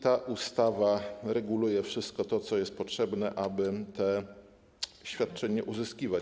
Ta ustawa reguluje wszystko to, co jest potrzebne, aby to świadczenie uzyskiwać.